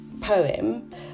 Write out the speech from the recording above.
poem